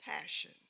passion